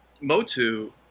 Motu